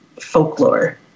folklore